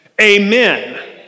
Amen